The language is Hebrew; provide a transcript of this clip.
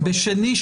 ביום שני,